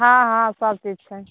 हँ हँ सब चीज छै